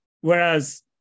Whereas